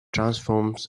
transforms